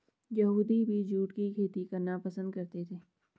यहूदी भी जूट की खेती करना पसंद करते थे